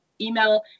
email